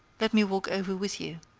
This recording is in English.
let me walk over with you,